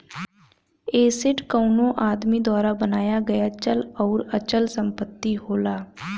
asset कउनो आदमी द्वारा बनाया गया चल आउर अचल संपत्ति होला